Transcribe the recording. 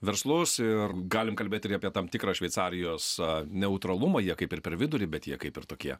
verslus ir galim kalbėti ir apie tam tikrą šveicarijos neutralumą jie kaip ir per vidurį bet jie kaip ir tokie